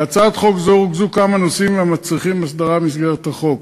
בהצעת חוק זו רוכזו כמה נושאים המצריכים הסדרה במסגרת החוק: